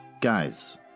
Guys